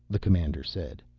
the commander said.